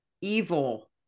evil